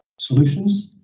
solutions,